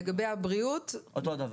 לגבי ביטוח בריאות אותו דבר.